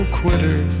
quitter